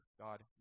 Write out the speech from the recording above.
God